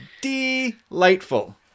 Delightful